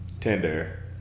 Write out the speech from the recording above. Tinder